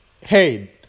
hey